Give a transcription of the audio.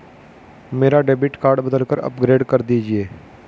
मेरा debit card बदलकर upgrade कर दीजिए